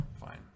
fine